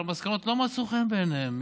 אבל המסקנות לא מצאו חן בעיניהם,